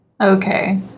Okay